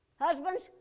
Husbands